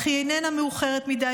אך היא איננה מאוחרת מדי,